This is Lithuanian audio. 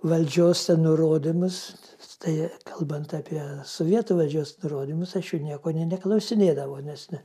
valdžios nurodymus tai kalbant apie sovietų valdžios nurodymus aš jų nieko nė neklausinėdavau nes ne